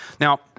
Now